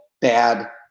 bad